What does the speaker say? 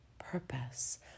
purpose